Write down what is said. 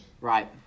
Right